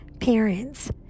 parents